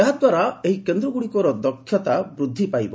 ଏହାଦ୍ୱାରା ଏହି କେନ୍ଦ୍ରଗୁଡ଼ିକର ଦକ୍ଷତା ବୃଦ୍ଧି ପାଇବ